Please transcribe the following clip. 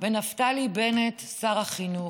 ונפתלי בנט, שר החינוך,